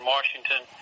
Washington